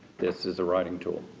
this is a writing tool,